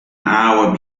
hour